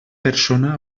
persona